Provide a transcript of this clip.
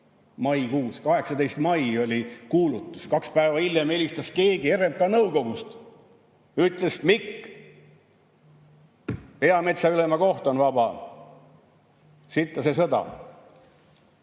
Maikuus, 18. mail oli kuulutus. Kaks päeva hiljem helistas keegi RMK nõukogust ja ütles: "Mikk, peametsaülema koht on vaba. Sitta see sõda!"